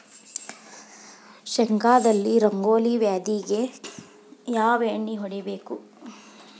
ಶೇಂಗಾದಲ್ಲಿ ರಂಗೋಲಿ ವ್ಯಾಧಿಗೆ ಯಾವ ಎಣ್ಣಿ ಹೊಡಿಬೇಕು?